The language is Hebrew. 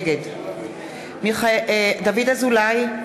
נגד דוד אזולאי,